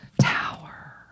Tower